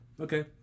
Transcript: okay